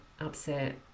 upset